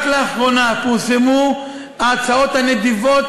רק לאחרונה פורסמו ההצעות הנדיבות